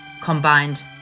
combined